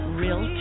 real